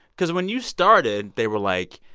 because when you started, they were like,